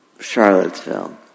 Charlottesville